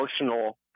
emotional